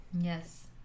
Yes